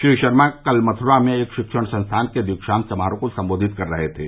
श्री शर्मा कल मथुरा में एक शिक्षण संस्थान के दीक्षांत समारोह को संबोधित कर रहे थे